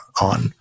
on